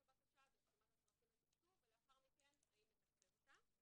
הבקשה ברשימת הצרכים לתקצוב ולאחר מכן האם לתקצב אותה.